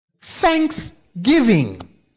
Thanksgiving